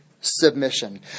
submission